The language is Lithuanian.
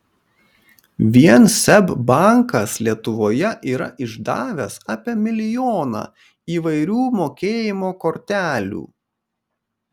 vien seb bankas lietuvoje yra išdavęs apie milijoną įvairių mokėjimo kortelių